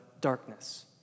darkness